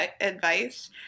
advice